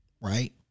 right